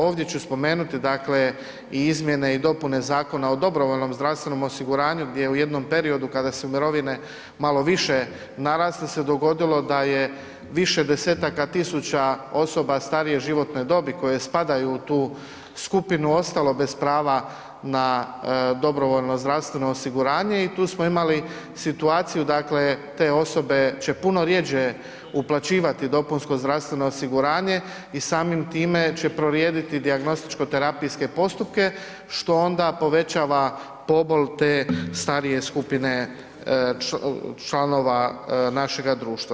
Ovdje ću spomenuti, dakle i izmjene i dopune Zakona o dobrovoljnom zdravstvenom osiguranju gdje u jednom periodu kada su mirovine malo više narasle se dogodilo da je više desetaka tisuća osoba starije životne dobi koje spadaju u tu skupinu, ostalo bez prava na dobrovoljno zdravstveno osiguranje i tu smo imali situaciju, dakle te osobe će puno rjeđe uplaćivati dopunsko zdravstveno osiguranje i samim time će prorijediti dijagnostičko terapijske postupke, što onda povećava pobol te starije skupine članova našega društva.